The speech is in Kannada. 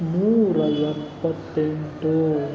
ನೂರಾ ಎಪ್ಪತ್ತೆಂಟು